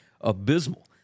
abysmal